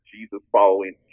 Jesus-following